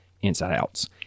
inside-outs